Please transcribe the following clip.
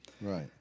right